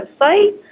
website